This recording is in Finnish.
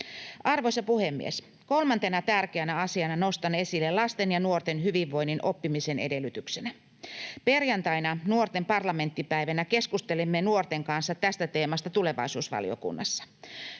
Arvoisa puhemies! Kolmantena tärkeänä asiana nostan esille lasten ja nuorten hyvinvoinnin oppimisen edellytyksenä. Perjantaina nuorten parlamenttipäivänä keskustelimme nuorten kanssa tästä teemasta tulevaisuusvaliokunnassa.